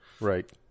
right